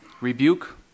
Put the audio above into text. rebuke